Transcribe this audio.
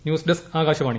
news desk Akashvani